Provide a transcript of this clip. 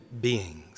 beings